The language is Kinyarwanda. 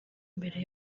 mbere